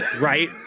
right